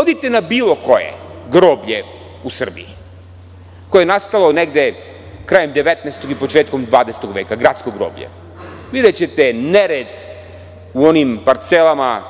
Idite na bilo koje groblje u Srbiji koje je nastalo negde krajem 19. i početkom 20. veka, gradsko groblje. Videćete nered u onim parcelama